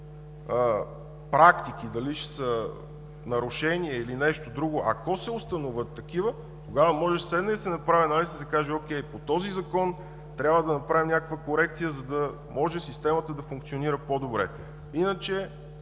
практики – дали ще са нарушения или нещо друго, ако се установят такива, тогава може да се седне, да се направи анализ и да се каже: по този закон трябва да направим някаква корекция, за да може системата да функционира по-добре. Иначе